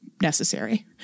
necessary